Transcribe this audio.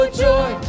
joy